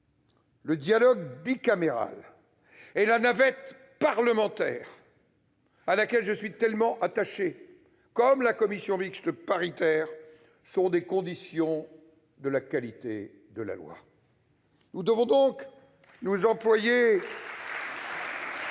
Le dialogue bicaméral et la navette parlementaire, à laquelle je suis tellement attaché, comme je suis attaché à la commission mixte paritaire, sont des conditions de la qualité de la loi. Nous devons nous employer